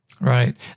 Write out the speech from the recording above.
Right